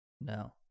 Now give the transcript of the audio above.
no